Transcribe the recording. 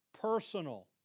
personal